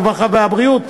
הרווחה והבריאות,